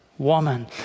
Woman